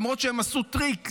למרות שהם עשו טריק,